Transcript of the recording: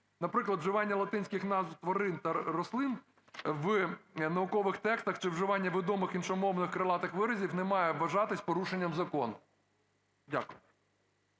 Наприклад, вживання латинських назв тварин та рослин в наукових текстах чи вживання відомих іншомовних крилатих виразів не має вважатись порушенням закону. Дякую.